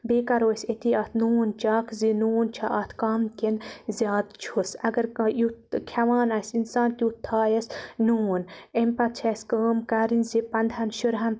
بیٚیہِ کَرو أسۍ أتی اتھ نوٗن چَک زِ نوٗن چھا اتھ کَم کِنہٕ زیادٕ چھُس اَگَر کانٛہہ یُتھ کھیٚوان آسہِ اِنسان تِیُتھ تھایَس نوٗن امہِ پَتہٕ چھِ اَسہِ کٲم کَرٕنۍ زِ پَنٛدہَن شُرہَن